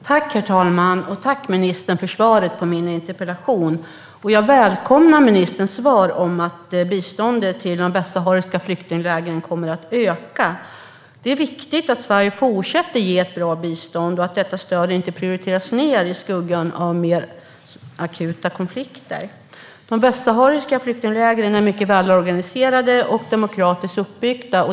Herr talman! Tack, ministern, för svaret på min interpellation! Jag välkomnar ministerns svar om att biståndet till de västsahariska flyktinglägren kommer att öka. Det är viktigt att Sverige fortsätter att ge ett bra bistånd och att detta stöd inte prioriteras ned i skuggan av mer akuta konflikter. De västsahariska flyktinglägren är mycket välorganiserade och demokratiskt uppbyggda.